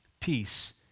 peace